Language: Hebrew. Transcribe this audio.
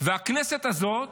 והכנסת הזאת,